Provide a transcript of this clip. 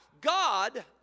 God